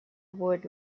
would